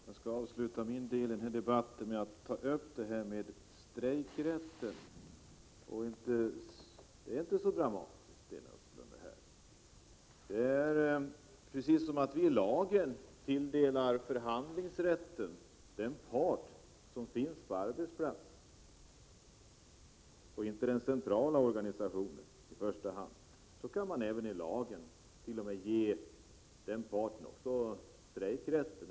Herr talman! Jag skall för min del avsluta debatten med att ta upp frågan om strejkrätten. Det är inte så dramatiskt, Sten Östlund. Precis som vi i lagen tilldelar förhandlingsrätten till parten på arbetsplatsen och inte i första hand till den centrala organisationen kan vi i lagen ge denna part även den lokala strejkrätten.